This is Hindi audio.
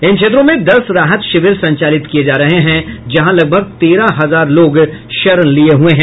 इन क्षेत्रों में दस राहत शिविर संचालित किये जा रहे जहां लगभग तेरह हजार लोग शरण लिये हुये हैं